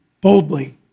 boldly